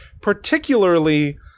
Particularly